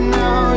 now